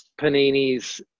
Panini's